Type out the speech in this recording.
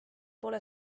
pole